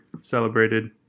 celebrated